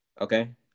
okay